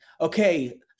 okay